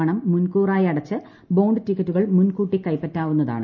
പണം മുൻകൂറായി അടച്ച് ബോണ്ട് ടിക്കറ്റുകൾ മുൻകൂട്ടി കൈപ്പറ്റാവുന്നതാണ്